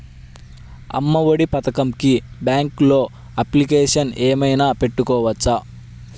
అమ్మ ఒడి పథకంకి బ్యాంకులో అప్లికేషన్ ఏమైనా పెట్టుకోవచ్చా?